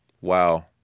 Wow